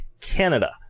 Canada